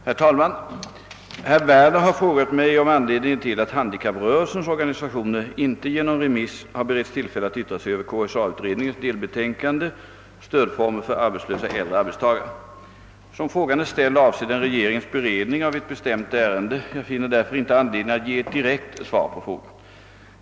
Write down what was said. Herr talman! Herr Werner har frågat mig, om anledningen till att handikapprörelsens organisationer inte genom remiss har beretts tillfälle att yttra sig över KSA-utredningens delbetänkande »Stödformer för arbetslösa äldre arbetstagare». Som frågan är ställd avser den regeringens beredning av ett bestämt ärende. Jag finner därför inte anledning att ge ett direkt svar på frågan.